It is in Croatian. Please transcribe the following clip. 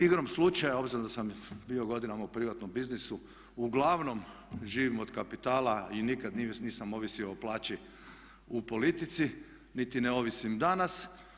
Igrom slučaja obzirom da sam bio godinama u privatnom biznisu uglavnom živim od kapitala i nikada nisam ovisio o plaći u politici niti ne ovisim danas.